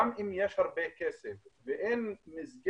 גם אם יש הרבה כסף ואין מסגרת